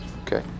Okay